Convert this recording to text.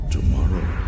Tomorrow